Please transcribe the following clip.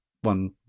one